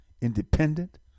independent